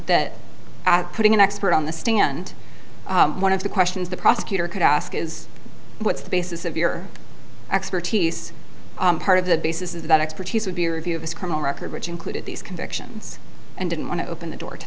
that at putting an expert on the stand one of the questions the prosecutor could ask is what's the basis of your expertise part of the basis is that expertise would be a review of his criminal record which included these convictions and didn't want to open the door to